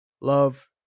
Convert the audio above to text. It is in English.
Love